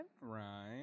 Right